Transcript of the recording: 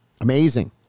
Amazing